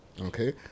Okay